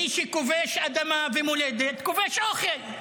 מי שכובש אדמה ומולדת, כובש אוכל.